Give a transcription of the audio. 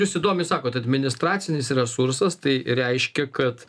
jūs įdomiai sakot administracinis resursas tai reiškia kad